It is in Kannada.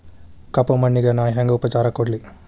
ಕಪ್ಪ ಮಣ್ಣಿಗ ನಾ ಹೆಂಗ್ ಉಪಚಾರ ಕೊಡ್ಲಿ?